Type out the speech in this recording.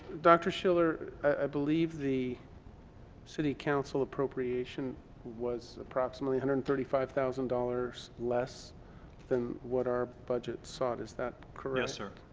dr. schiller, i believe the city council appropriation was approximately hundred and thirty five thousand dollars less than what our budget sought. is that correct? yes, sir.